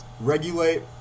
Regulate